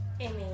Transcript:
Amy